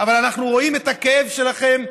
אבל אנחנו רואים את הכאב שלכם,